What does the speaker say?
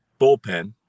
bullpen